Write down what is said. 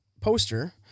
poster